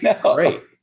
great